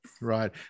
Right